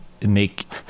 make